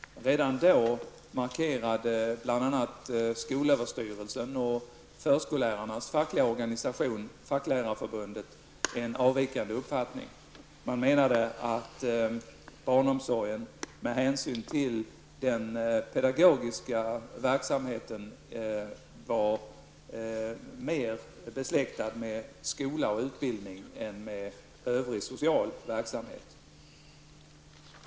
Redan då markerade bl.a. skolöverstyrelsen och förskollärarnas fackliga organisation, Facklärareförbundet, en avvikande uppfattning. Man menade att barnomsorgen med hänsyn till den pedagogiska verksamheten var mer besläktad med skola och utbildning än med övrig social verksamhet.